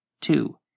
Two